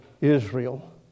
Israel